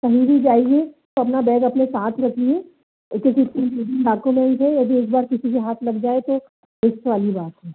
कहीं भी जाइए तो अपना बैग अपने साथ रखिए क्योंकि यदि एक बार किसी के हाथ लग जाए तो रिस्क वाली बात है